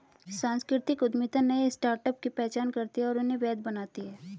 सांस्कृतिक उद्यमिता नए स्टार्टअप की पहचान करती है और उन्हें वैध बनाती है